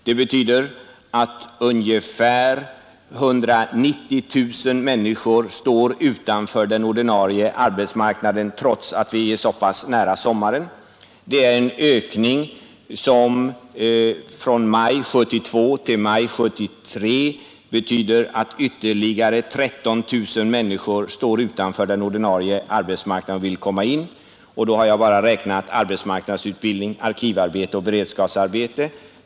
Det betyder att ungefär 190 000 människor står utanför den ordinarie arbetsmarknaden trots att vi är så pass nära sommaren. Det är en ökning från maj 1972 till maj 1973 som betyder, att ytterligare 13 000 människor står utanför den ordinarie arbetsmarknaden och vill komma in. Då har jag bara räknat arbetsmarknadsutbildning, arkivarbete och beredskapsarbete.